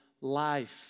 life